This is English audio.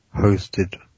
Hosted